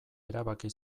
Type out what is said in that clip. erabaki